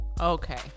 Okay